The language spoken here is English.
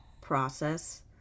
process